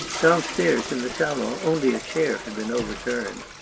downstairs, in the salon, only a chair had been overturned.